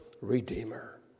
Redeemer